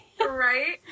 Right